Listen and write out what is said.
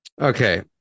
Okay